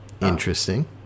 Interesting